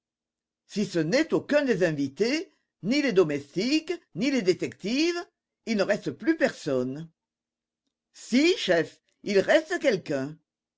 si ce n'est aucun des invités ni les domestiques ni les détectives il ne reste plus personne si chef il reste quelqu'un